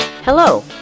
Hello